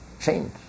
change